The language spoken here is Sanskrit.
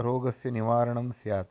रोगस्य निवारणं स्यात्